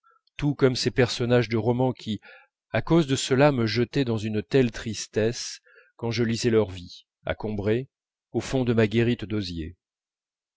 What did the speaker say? tout comme ces personnages de roman qui à cause de cela me jetaient dans une telle tristesse quand je lisais leur vie à combray au fond de ma guérite d'osier